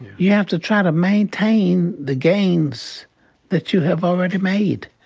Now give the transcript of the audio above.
you have to try to maintain the gains that you have already made.